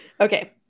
Okay